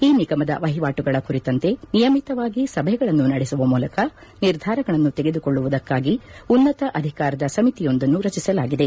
ಈ ನಿಗಮದ ವಹಿವಾಟುಗಳ ಕುರಿತಂತೆ ನಿಯಮಿತವಾಗಿ ಸಭೆಗಳನ್ನು ನಡೆಸುವ ಮೂಲಕ ನಿರ್ಧಾರಗಳನ್ನು ತೆಗೆದುಕೊಳ್ಳುವುದಕ್ಕಾಗಿ ಉನ್ನತ ಅಧಿಕಾರದ ಸಮಿತಿಯೊಂದನ್ನು ರಚಿಸಲಾಗಿದೆ